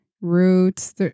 roots